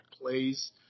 plays